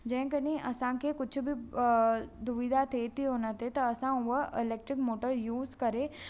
जेकॾहिं असांखे कुझु बि दुविधा थिए थी हुन ते त असां हुअ इलेक्ट्रिक मोटरूं यूस करे